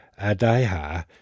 Adaiha